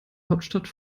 hauptstadt